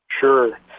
Sure